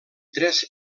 tres